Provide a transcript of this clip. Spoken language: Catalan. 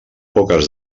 poques